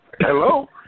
Hello